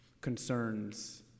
concerns